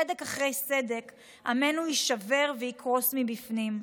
סדק אחרי סדק עמנו יישבר ויקרוס מבפנים.